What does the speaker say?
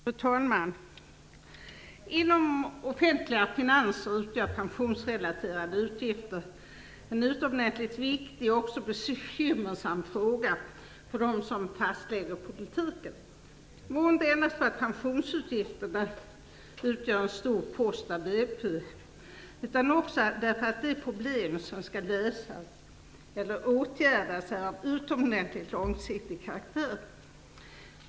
Fru talman! Inom de offentliga finanserna utgör pensionsrelaterade utgifter en utomordentligt viktig, och också bekymmersam, fråga för dem som fastlägger politiken - och då inte endast för att pensionsutgifterna utgör en stor post av BNP, utan också för att de problem som skall lösas eller åtgärdas är av utomordentligt långsiktig karaktär.